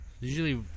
usually